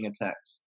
attacks